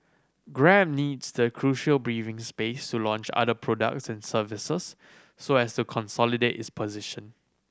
grab needs the crucial breathing space to launch other products and services so as to consolidate its position